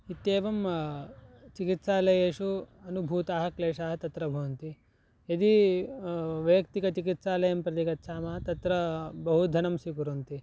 इत्येवं चिकित्सालयेषु अनुभूताः क्लेशाः तत्र भवन्ति यदि वैयक्तिकचिकित्सालयं प्रति गच्छामः तत्र बहुधनं स्वीकुर्वन्ति